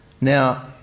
Now